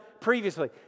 previously